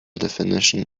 definition